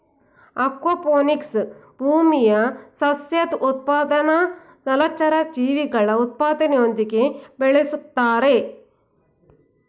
aquaponics ಭೂಮಿಯ ಸಸ್ಯದ್ ಉತ್ಪಾದನೆನಾ ಜಲಚರ ಜೀವಿಗಳ ಉತ್ಪಾದನೆಯೊಂದಿಗೆ ಬೆಳುಸ್ತಾರೆ